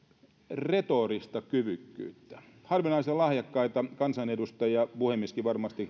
retorista kyvykkyyttä harvinaisen lahjakkaita kansanedustajia puhemieskin on varmasti